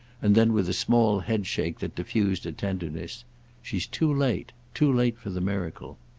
and then with a small headshake that diffused a tenderness she's too late. too late for the miracle.